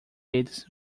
eles